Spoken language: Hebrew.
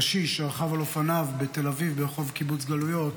קשיש שרכב על אופניו בתל אביב ברחוב קיבוץ גלויות